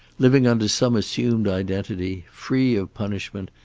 living under some assumed identity, free of punishment,